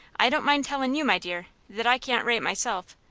i don't mind tellin' you, my dear, that i can't write myself,